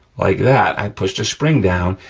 like that, i pushed a spring down,